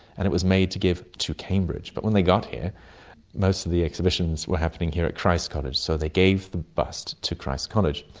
and it was made to give to cambridge, but when they got here most of the exhibitions were happening here at christ's college so they gave the bust to christ's college,